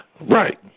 Right